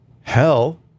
hell